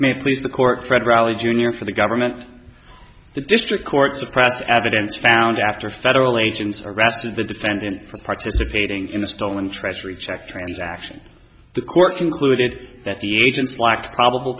may please the court fred rally jr for the government the district court suppressed evidence found after federal agents arrested the defendant for participating in the stolen treasury check transaction the court concluded that the agent's lack of probable